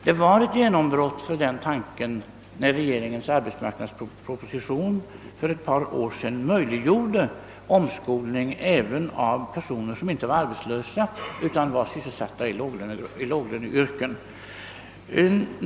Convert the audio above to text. Det var ett genombrott för den tanken när regeringens arbetsmarknadsproposition för ett par år sedan möjliggjorde omskolning även av personer som inte är arbetslösa utan sysselsatta inom låglönegrupper.